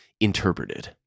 interpreted